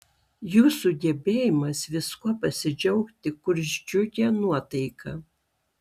jūsų gebėjimas viskuo pasidžiaugti kurs džiugią nuotaiką